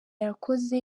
yakoze